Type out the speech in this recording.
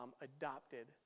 adopted